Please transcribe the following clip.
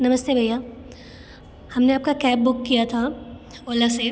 नमस्ते भैया हम ने आपका कैब बुक किया था ओला से